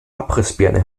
abrissbirne